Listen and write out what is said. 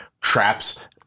traps